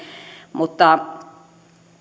mutta